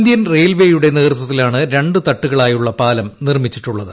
Indian റെയിൽവേയുടെ നേതൃത്വത്തിലാണ് രണ്ടു തട്ടുകളായുള്ള പാലം നിർമ്മിച്ചിട്ടുള്ളത്